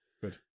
good